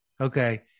Okay